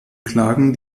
klagen